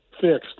fixed